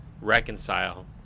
reconcile